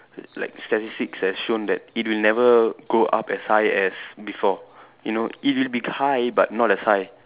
like statistics has shown that it will never go up as high as before you know it will be high but not as high